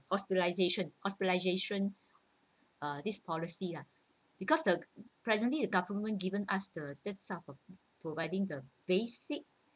hospitalisation hospitalisation uh this policy lah because presently the government giving us the this some of providing the basic